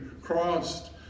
crossed